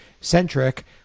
centric